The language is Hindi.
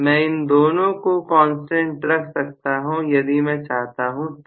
मैं इन दोनों को कांस्टेंट रख सकता हूं यदि मैं चाहता हूं तो